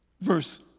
Verse